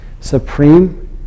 supreme